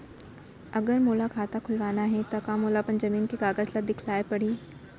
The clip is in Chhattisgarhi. अगर मोला खाता खुलवाना हे त का मोला अपन जमीन के कागज ला दिखएल पढही?